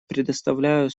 предоставляю